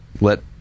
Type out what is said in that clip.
let